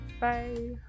Bye